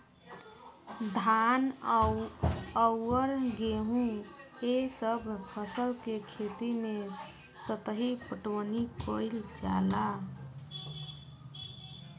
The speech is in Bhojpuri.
धान अउर गेंहू ए सभ फसल के खेती मे सतही पटवनी कइल जाला